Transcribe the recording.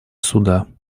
суда